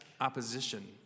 opposition